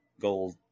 gold